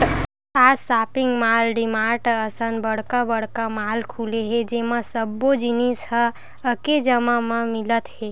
आज shopping mall, DMart असन बड़का बड़का मॉल खुले हे जेमा सब्बो जिनिस ह एके जघा म मिलत हे